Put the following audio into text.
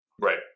Right